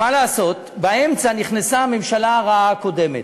מה לעשות, באמצע נכנסה הממשלה הרעה הקודמת,